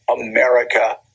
America